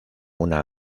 una